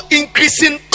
increasing